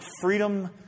freedom